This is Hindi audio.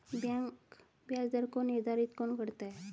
बैंक ब्याज दर को निर्धारित कौन करता है?